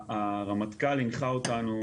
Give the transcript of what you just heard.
הרמטכ"ל הנחה אותנו,